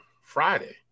Friday